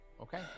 Okay